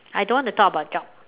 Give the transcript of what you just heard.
I don't want to talk abut job